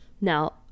Now